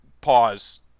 pause